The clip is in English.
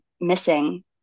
missing